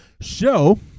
show